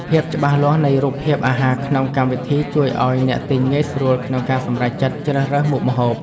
ភាពច្បាស់លាស់នៃរូបភាពអាហារក្នុងកម្មវិធីជួយឱ្យអ្នកទិញងាយស្រួលក្នុងការសម្រេចចិត្តជ្រើសរើសមុខម្ហូប។